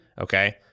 Okay